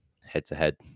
head-to-head